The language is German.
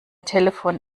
telefon